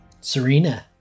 Serena